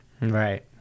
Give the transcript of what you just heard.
Right